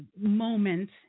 moment